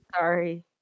Sorry